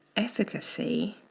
efficacy